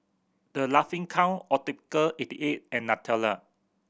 The Laughing Cow Optical eighty eight and Nutella